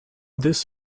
this